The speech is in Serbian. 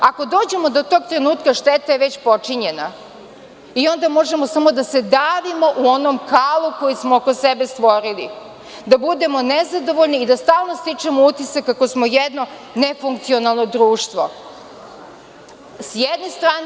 Ako dođemo do tog trenutka šteta je već počinjena i onda možemo samo da se davimo u onom kalu koje smo oko sebe stvorili, da budemo nezadovoljni i da stalno stičemo utisak kako smo jedno nefunkcionalno društvo s jedne strane.